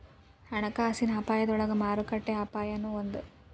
ಹಣಕಾಸಿನ ಅಪಾಯದೊಳಗ ಮಾರುಕಟ್ಟೆ ಅಪಾಯನೂ ಒಂದ್